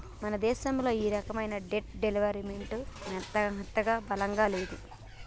మన దేశంలో ఈ రకమైన దెబ్ట్ డెవలప్ మెంట్ వెవత్త అంతగా బలంగా లేదు